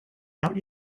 out